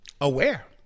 Aware